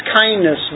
kindness